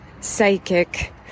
psychic